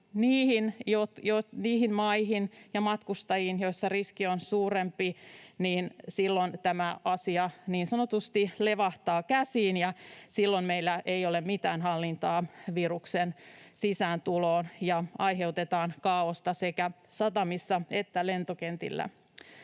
niiden maiden matkustajiin, joissa riski on suurempi, niin silloin tämä asia niin sanotusti levähtää käsiin, ja silloin meillä ei ole mitään hallintaa viruksen sisääntuloon ja aiheutetaan kaaosta sekä satamissa että lentokentillä.